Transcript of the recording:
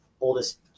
oldest